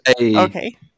Okay